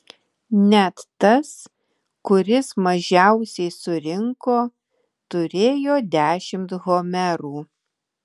net tas kuris mažiausiai surinko turėjo dešimt homerų